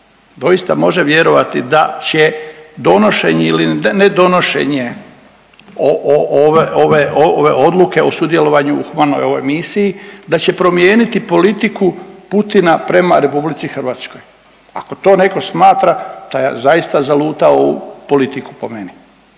doista može vjerovati da će donošenje ili nedonošenje ove odluke o sudjelovanju u humanoj ovoj misiji, da će promijeniti politiku Putina prema RH. Ako to netko smatra, taj je zaista zalutao u politiku po meni.